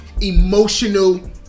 emotional